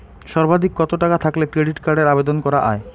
সর্বাধিক কত টাকা থাকলে ক্রেডিট কার্ডের আবেদন করা য়ায়?